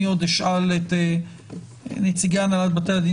אני עוד אשאל את נציגי הנהלת בתי הדין